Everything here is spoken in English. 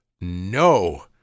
no